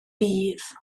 bydd